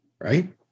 right